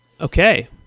Okay